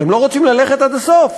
אתם לא רוצים ללכת עד הסוף?